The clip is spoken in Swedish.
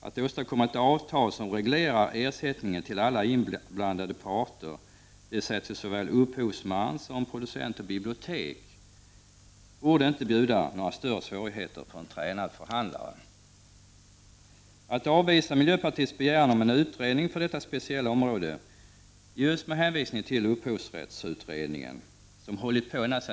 Att åstadkomma ett avtal som reglerar ersättningen till alla inblandade parter, dvs. till såväl upphovsman som producent och bibliotek borde inte bjuda på några större svårigheter för en tränad förhandlare. Att avvisa miljöpartiets begäran om en utredning på detta speciella om råde, just med hänvisning till upphovsrättsutredningen som hållit på sedan Prot.